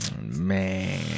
Man